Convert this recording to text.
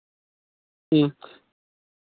ᱦᱮᱸ